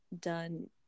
done